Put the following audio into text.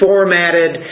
formatted